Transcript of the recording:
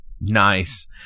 Nice